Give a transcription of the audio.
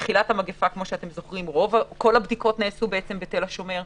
בתחילת המגפה כל הבדיקות נעשו בתל השומר,